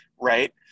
right